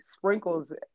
sprinkles